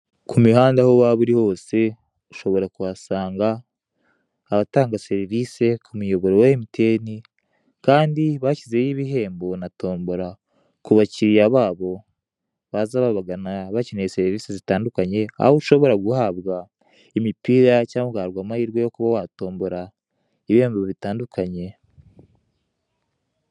Ku mihanda aho waba uri hose, ushobora kuhasanga abatanga serivisi ku muyoboro wa Emutiyeni kandi bashyizeho ibihembo na tombora ku bakiriya babo baza babagana, bakeneye serivisi zitandukanye, aho ushobora guhabwa imipira cyangwa ugahabwa amahirwe yo kuba watombora ibihembo bitandukanye.